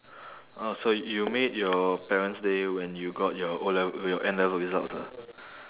oh so you made your parent's day when you got your O-lev~ your N-level results ah